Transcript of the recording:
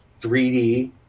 3D